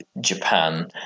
Japan